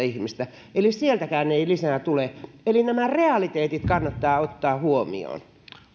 ihmistä eli sieltäkään ei lisänä tule eli nämä realiteetit kannattaa ottaa huomioon